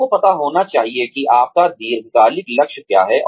आपको पता होना चाहिए कि आपका दीर्घकालिक लक्ष्य क्या है